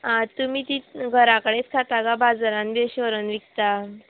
आं तुमी ती घरा कडेच खाता गा बाजारान बी अशें व्हरून विकता